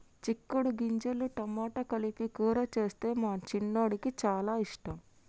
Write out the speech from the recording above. చిక్కుడు గింజలు టమాటా కలిపి కూర చేస్తే మా చిన్నోడికి చాల ఇష్టం